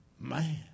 Man